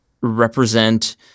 represent